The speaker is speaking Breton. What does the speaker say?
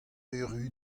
erru